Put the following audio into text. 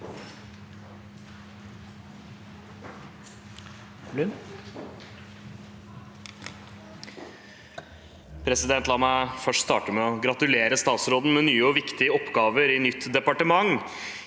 La meg starte med å gratulere statsråden med nye og viktige oppgaver i nytt departement.